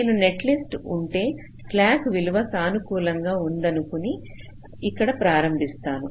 నేను నెట్లిస్టు ఉంటే స్లాక్ విలువ సానుకూలంగా ఉందనుకుని ఇక్కడి ప్రారంభిస్తాను